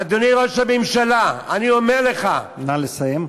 אדוני ראש הממשלה, אני אומר לך, נא לסיים.